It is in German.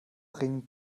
ringend